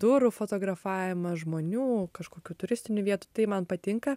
durų fotografavimas žmonių kažkokių turistinių vietų tai man patinka